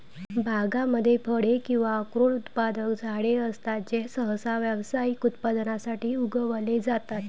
बागांमध्ये फळे किंवा अक्रोड उत्पादक झाडे असतात जे सहसा व्यावसायिक उत्पादनासाठी उगवले जातात